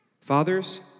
fathers